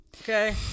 okay